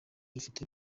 rufite